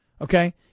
okay